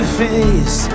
face